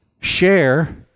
Share